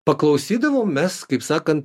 paklausydavom mes kaip sakant